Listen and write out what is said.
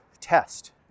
test